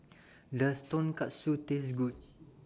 Does Tonkatsu Taste Good